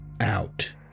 out